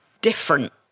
different